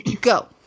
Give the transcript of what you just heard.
go